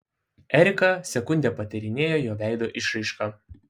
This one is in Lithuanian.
erika sekundę patyrinėjo jo veido išraišką